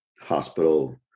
hospital